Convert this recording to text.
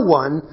one